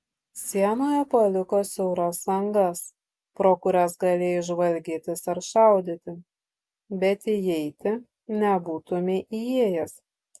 sienoje paliko siauras angas pro kurias galėjai žvalgytis ar šaudyti bet įeiti nebūtumei įėjęs